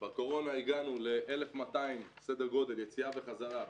בקורונה הגענו ל-1,200 סדר גודל יציאה וחזרה,